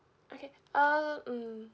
okay uh mm